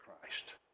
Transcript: Christ